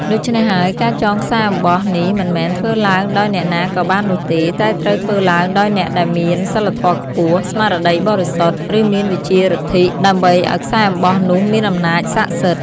ដូច្នេះហើយ ការចងខ្សែអំបោះនេះមិនមែនធ្វើឡើងដោយអ្នកណាក៏បាននោះទេ តែត្រូវធ្វើឡើងដោយអ្នកដែលមាន សីលធម៌ខ្ពស់ ស្មារតីបរិសុទ្ធ ឬមានវិជ្ជាប្ញទ្ធិ ដើម្បីឲ្យខ្សែអំបោះនោះមានអំណាចស័ក្តិសិទ្ធិ។